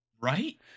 Right